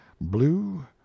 blue